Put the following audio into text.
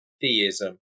theism